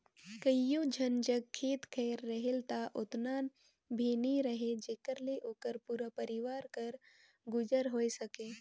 कइयो झन जग खेत खाएर रहेल ता ओतना भी नी रहें जेकर ले ओकर पूरा परिवार कर गुजर होए सके